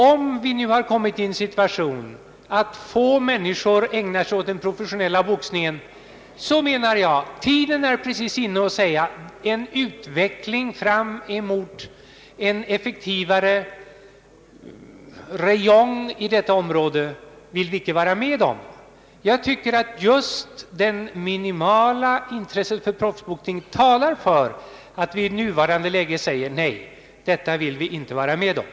Om vi nu har hamnat i en situation, där få människor ägnar sig åt professionell boxning, anser jag tiden vara precis inne att säga: En utveckling mot en effektivare verksamhet på detta område vill vi inte vara med om. Jag tycker att just det minimala intresset för proffsboxning talar för att vi i detta läge skall säga: Nej, detta vill vi inte vara med om!